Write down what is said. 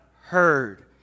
heard